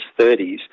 30s